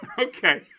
Okay